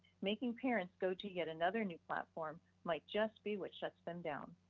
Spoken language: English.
making parents go to yet another new platform might just be what shuts them down.